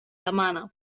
demana